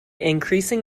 increasing